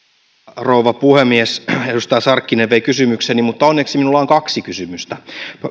rouva puhemies edustaja sarkkinen vei kysymykseni mutta onneksi minulla on kaksi kysymystä